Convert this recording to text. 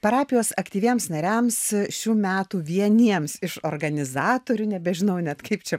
parapijos aktyviems nariams šių metų vieniems iš organizatorių nebežinau net kaip čia